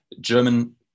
German